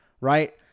Right